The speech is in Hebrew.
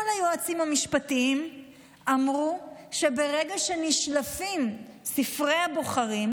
כל היועצים המשפטיים אמרו שברגע שנשלפים ספרי הבוחרים,